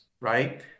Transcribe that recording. right